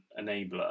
enabler